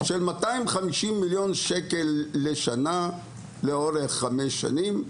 של 250 מיליון ₪ לשנה לאורך חמש שנים.